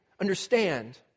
understand